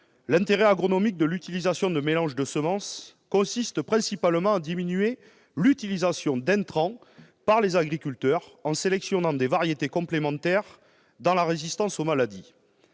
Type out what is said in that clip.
L'intérêt agronomique de l'utilisation de mélanges de semences consiste principalement à diminuer l'utilisation d'intrants par les agriculteurs, en sélectionnant des variétés complémentaires dans la résistance aux maladies.